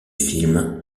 film